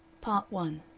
part one